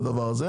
הדבר הזה.